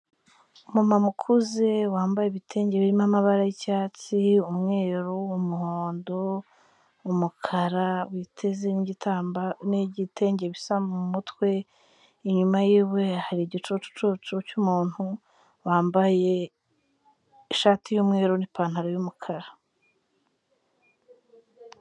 Umumama ukuze wambaye ibitenge birimo amabara y'icyatsi, umweru, umuhondo, umukara witeze n'igitenge bisa mu mutwe, inyuma yiwe hari igicucucucu cy'umuntu wambaye ishati y'umweru n'ipantaro y'umukara.